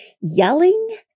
yelling